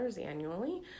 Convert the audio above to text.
annually